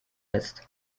lässt